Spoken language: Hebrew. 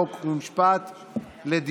חוק ומשפט נתקבלה.